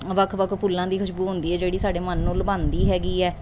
ਵੱਖ ਵੱਖ ਫੁੱਲਾਂ ਦੀ ਖੁਸ਼ਬੂ ਹੁੰਦੀ ਹੈ ਜਿਹੜੀ ਸਾਡੇ ਮਨ ਨੂੰ ਲੁਭਾਉਂਦੀ ਹੈਗੀ ਹੈ